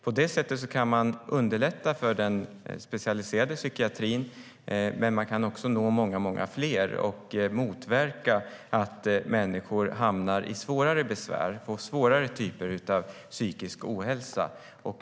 På det sättet kan man underlätta för den specialiserade psykiatrin, men man kan också nå många fler och motverka att människor hamnar i svårare besvär och får svårare typer av ohälsa.